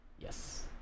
Yes